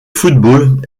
football